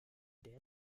der